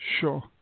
Sure